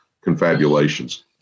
confabulations